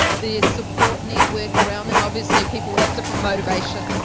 the support network around them, obviously people have different motivations.